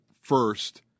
first